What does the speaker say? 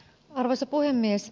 arvoisa puhemies